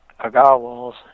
Agarwal's